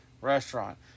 restaurant